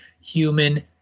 human